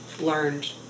learned